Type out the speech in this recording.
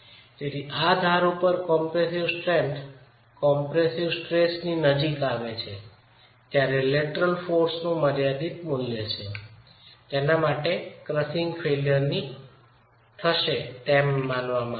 તેથી આ ધાર ઉપર કોમ્પ્રેસિવ સ્ટ્રેન્થ કોમ્પ્રેસિવ સ્ટ્રેન્થની નજીક આવે છે ત્યારે લેટરલ બળનું મર્યાદિત મૂલ્ય હોય છે તેના માટે ક્રસીંગ ફેઇલ્યર ની અપેક્ષા રાખવામાં આવે છે